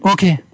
Okay